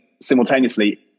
simultaneously